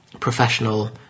professional